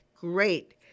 great